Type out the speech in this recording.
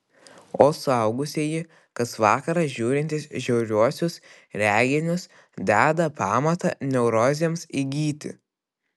o suaugusieji kas vakarą žiūrintys žiauriuosius reginius deda pamatą neurozėms įgyti